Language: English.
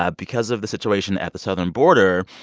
ah because of the situation at the southern border,